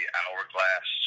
hourglass